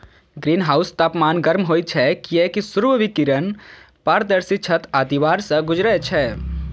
ग्रीनहाउसक तापमान गर्म होइ छै, कियैकि सूर्य विकिरण पारदर्शी छत आ दीवार सं गुजरै छै